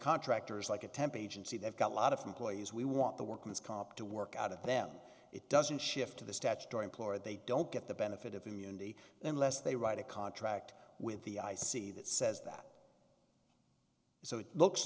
contractors like a temp agency they've got a lot of employees we want the workman's comp to work out of them it doesn't shift to the statutory employer they don't get the benefit of immunity unless they write a contract with the i c that says that so it looks